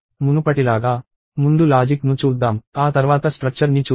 మునుపటిలాగా ముందు లాజిక్ ను చూద్దాం ఆ తర్వాత స్ట్రక్చర్ని చూద్దాం